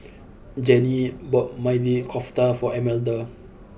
Janie bought Maili Kofta for Almeda